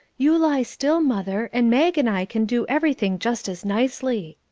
you lie still, mother, and mag and i can do everything just as nicely.